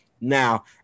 Now